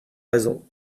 raison